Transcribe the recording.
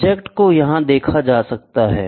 object को यहां देखा जाता है